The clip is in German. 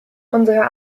unsere